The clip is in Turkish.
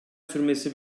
sürmesi